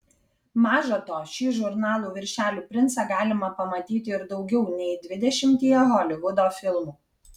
maža to šį žurnalų viršelių princą galima pamatyti ir daugiau nei dvidešimtyje holivudo filmų